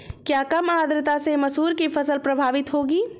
क्या कम आर्द्रता से मसूर की फसल प्रभावित होगी?